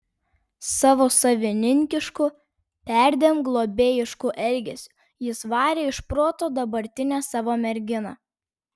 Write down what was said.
savo savininkišku perdėm globėjišku elgesiu jis varė iš proto dabartinę savo merginą